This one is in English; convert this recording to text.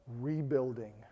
rebuilding